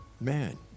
man